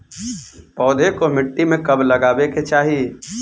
पौधे को मिट्टी में कब लगावे के चाही?